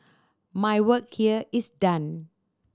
my work here is done